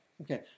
Okay